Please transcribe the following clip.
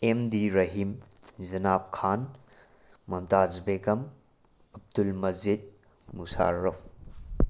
MD Rahim Janab Khan Mumtaz Begum Abdur Majid ꯃꯨꯁꯥꯔ ꯔꯞꯐ